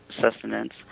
sustenance